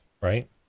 right